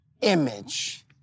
image